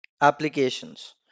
applications